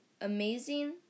amazing